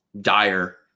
dire